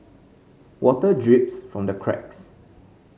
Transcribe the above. water drips from the cracks